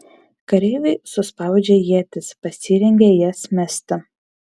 kareiviai suspaudžia ietis pasirengia jas mesti